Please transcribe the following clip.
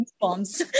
bombs